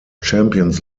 champions